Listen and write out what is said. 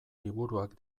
liburuak